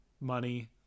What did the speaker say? money